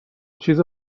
چیز